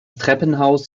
treppenhaus